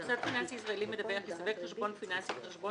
מוסד פיננסי ישראלי מדווח יסווג חשבון פיננסי כחשבון